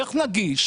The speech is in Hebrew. איך נגיש?